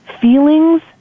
Feelings